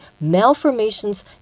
malformations